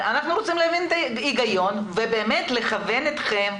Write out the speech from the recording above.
אנחנו רוצים להבין את ההגיון ולכוון אתכם,